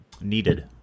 needed